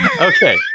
Okay